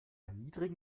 niedrigen